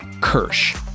Kirsch